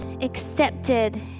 accepted